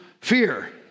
fear